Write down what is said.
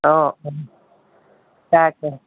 অঁ তাকে